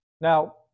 Now